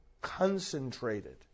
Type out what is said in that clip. concentrated